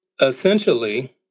Essentially